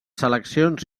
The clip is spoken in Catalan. seleccions